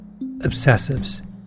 Obsessives